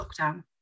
lockdown